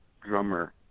drummer